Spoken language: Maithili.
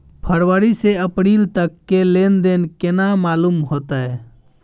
फरवरी से अप्रैल तक के लेन देन केना मालूम होते?